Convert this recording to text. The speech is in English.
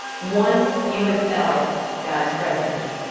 once you have felt god's presence,